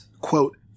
quote